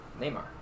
Neymar